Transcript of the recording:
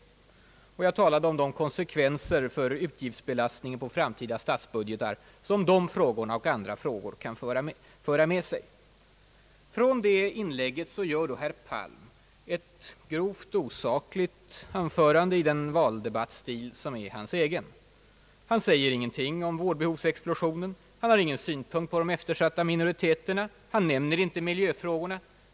Jag resonerade om de konsekvenser för utgiftsbelastningen på framtida statsbudgeter som dessa och andra frågor kan föra med sig. Utifrån det inlägget gör herr Palm ett grovt osakligt anförande i den valdebattstil som är hans egen. Han säger ingenting om vårdbehovsexplosionen. Han har inga synpunkter på de eftersatta minoriteterna. Han nämner inte miljöfrågorna.